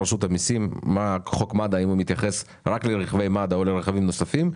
האם חוק מד"א מתייחס רק לרכבי מד"א או לרכבים נוספים.